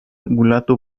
mulato